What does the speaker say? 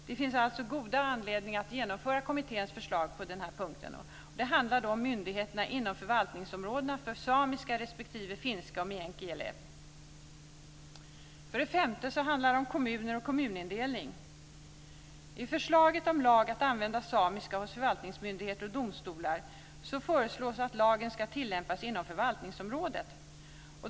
Det finns alltså goda anledningar att genomföra kommitténs förslag på den här punkten. Det handlar då om myndigheterna inom förvaltningsområdena för samiska respektive finska och meänkieli. För det femte handlar det om kommuner och kommunindelning. Det föreslås att lag om att man ska använda samiska hos förvaltningsmyndigheter och domstolar ska tillämpas inom förvaltningsområdet.